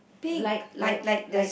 light light light